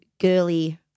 girly